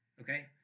okay